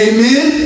Amen